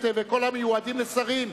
וכל המיועדים לשרים,